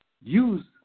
use